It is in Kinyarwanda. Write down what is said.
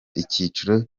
icyiciro